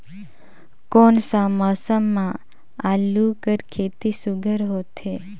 कोन सा मौसम म आलू कर खेती सुघ्घर होथे?